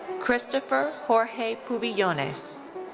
christopher jorge pubillones.